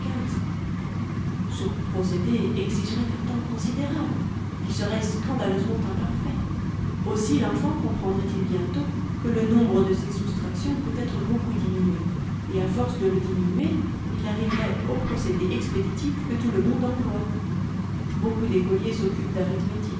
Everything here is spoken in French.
ce procédé exigerait un temps considérable il serait scandaleusement imparfait aussi l'enfant comprendrait il bientôt que le nombre de ses soustractions peut être beaucoup diminué et à force de le diminuer il arriverait au procédé expéditif que tout le monde emploie beaucoup d'écoliers s occupent d'arithmétique